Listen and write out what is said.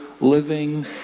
living